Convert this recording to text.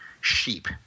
sheep